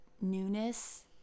newness